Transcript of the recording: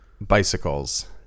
bicycles